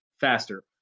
faster